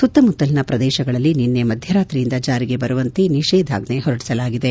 ಸುತ್ತಮುತ್ತಲಿನ ಪ್ರದೇಶಗಳಲ್ಲಿ ನಿನ್ನೆ ಮಧ್ಯರಾತ್ರಿಯಿಂದ ಜಾರಿಗೆ ಬರುವಂತೆ ನಿಷೇಧಾಜ್ಞೆ ಹೊರಡಿಸಲಾಗಿದೆ